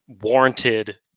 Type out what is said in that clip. warranted